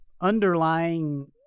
underlying